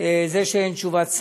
שזה שאין תשובת שר,